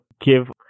give